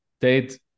date